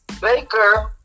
Baker